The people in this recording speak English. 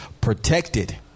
protected